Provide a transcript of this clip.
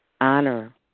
Honor